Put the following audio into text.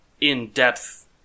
in-depth